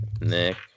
Nick